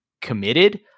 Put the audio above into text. committed